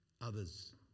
others